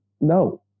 No